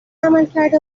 عملکرد